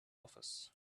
office